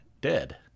Dead